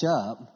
up